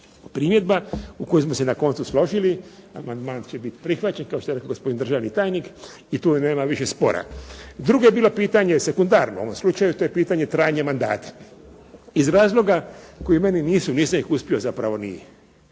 primjedba u kojoj smo se na koncu složili. Amandman će biti prihvaćen kao što je rekao gospodin državni tajnik i tu više nema spora. Drugo je bilo pitanje sekundarno u ovom slučaju. To je pitanje trajanja mandata. Iz razloga koji meni nisu, nisam ih uspio zapravo ni